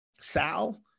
Sal